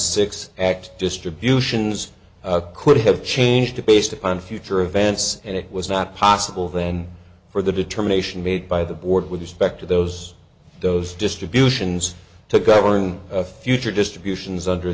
six act distributions could have changed to based upon future events and it was not possible then for the determination made by the board with respect to those those distributions to govern a future distributions under